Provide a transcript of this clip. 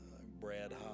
Brad